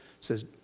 says